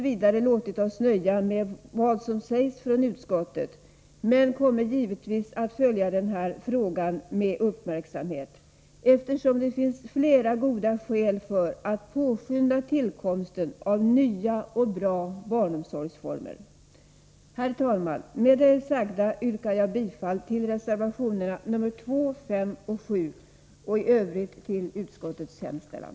v. låtit oss nöja med vad som sägs från utskottet, men vi kommer givetvis att följa denna fråga med uppmärksamhet, eftersom det finns flera goda skäl för att påskynda tillkomsten av nya och bra barnomsorgsformer. Herr talman! Med det sagda yrkar jag bifall till reservationerna2, 5 och 7 och i övrigt till utskottets hemställan.